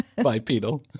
Bipedal